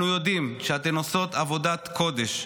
אנחנו יודעים שאתן עושות עבודת קודש,